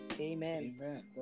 Amen